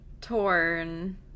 torn